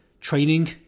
training